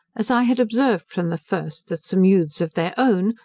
as i had observed from the first, that some youths of their own,